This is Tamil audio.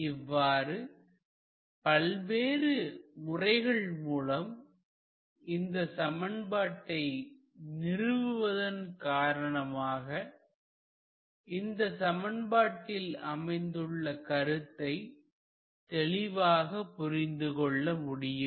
இவ்வாறு பல்வேறு முறைகள் மூலம் இந்த சமன்பாட்டை நிறுவுவதன் காரணமாக இந்த சமன்பாட்டில் அமைந்துள்ள கருத்தை தெளிவாக புரிந்து கொள்ள முடியும்